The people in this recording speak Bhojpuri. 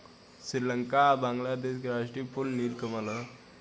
श्रीलंका आ बांग्लादेश के राष्ट्रीय फूल नील कमल ह